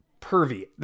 pervy